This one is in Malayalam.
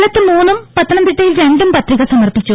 കൊല്ലത്ത് മൂന്നും പത്തനംതിട്ടയിൽ രണ്ടും പത്രിക സമർപ്പിച്ചു